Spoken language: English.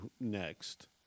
next